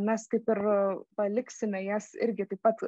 mes kaip ir paliksime jas irgi taip pat